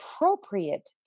appropriate